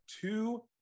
two